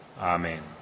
Amen